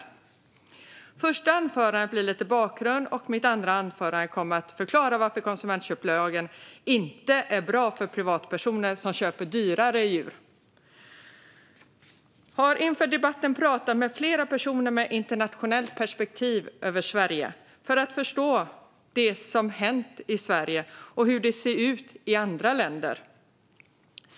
I mitt första anförande ger jag lite bakgrund, och i mitt andra anförande kommer jag att förklara varför konsumentköplagen inte är bra för privatpersoner som köper dyrare djur. Jag har inför debatten pratat med flera personer med ett internationellt perspektiv för att förstå det som hänt i Sverige och hur det ser ut i andra länder.